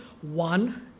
one